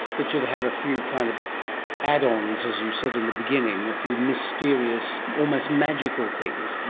that you'd have a few kind of add-ons as you said in the beginning, a few mysterious, almost magical things.